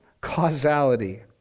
causality